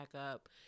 up